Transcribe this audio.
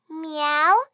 Meow